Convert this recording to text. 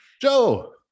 Joe